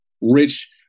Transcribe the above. rich